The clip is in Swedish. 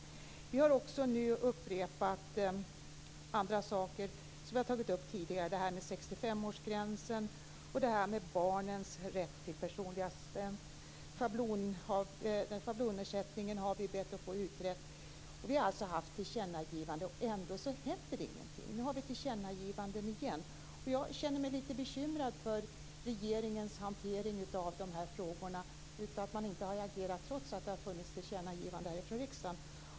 Vi har också upprepat andra saker vi har tagit upp tidigare, t.ex. 65-årsgränsen och barnens rätt till personlig assistent och vi har bett att få schablonersättningen utredd. Vi har haft tillkännagivanden, och ändå händer ingenting. Nu har vi tillkännagivanden igen. Jag känner mig lite bekymrad för regeringens hantering av frågorna. Man har inte agerat trots tillkännagivanden från riksdagen.